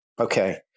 Okay